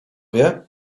wie